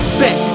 back